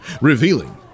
revealing